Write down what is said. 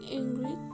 angry